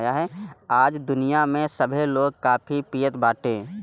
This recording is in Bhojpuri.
आज दुनिया में सभे लोग काफी पियत बाटे